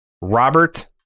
Robert